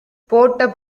போட்ட